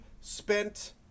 spent